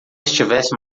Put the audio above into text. estivesse